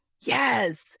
yes